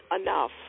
enough